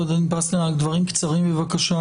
דברים קצרים בבקשה,